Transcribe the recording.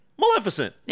Maleficent